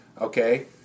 okay